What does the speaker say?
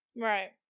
Right